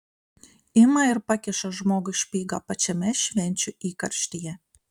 ima ir pakiša žmogui špygą pačiame švenčių įkarštyje